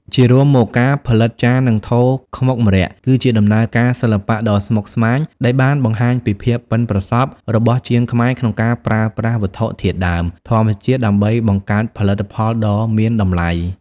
ជារួមមក ការផលិតចាន និងថូខ្មុកម្រ័ក្សណ៍គឺជាដំណើរការសិល្បៈដ៏ស្មុគស្មាញដែលបានបង្ហាញពីភាពប៉ិនប្រសប់របស់ជាងខ្មែរក្នុងការប្រើប្រាស់វត្ថុធាតុដើមធម្មជាតិដើម្បីបង្កើតផលិតផលដ៏មានតម្លៃ។